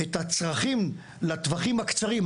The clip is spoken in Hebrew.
את הצרכים לטווחים הקצרים,